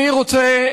אני רוצה,